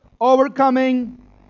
Overcoming